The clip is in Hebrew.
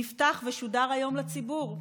הוא נפתח ושודר היום לציבור.